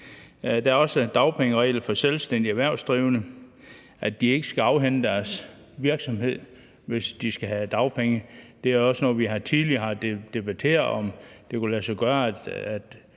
Der er også dagpengeregler for selvstændigt erhvervsdrivende, så de ikke skal afhænde deres virksomhed, hvis de skal have dagpenge. Vi har også tidligere debatteret, om det kunne lade sig gøre,